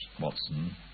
Watson